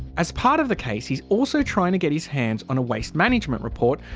as part of the case he's also trying to get his hands on a waste management report.